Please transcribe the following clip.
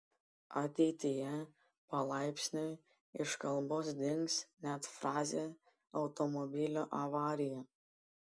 ateityje palaipsniui iš kalbos dings net frazė automobilio avarija